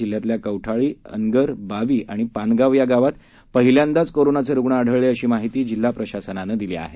जिल्ह्यातल्या कौठाळी अनगर बावी आणि पानगाव या गावांमधे पहिल्यांदाच कोरोनाचे रुग्ण आढळले अशी माहिती जिल्हा प्रशासनानं दिली आहे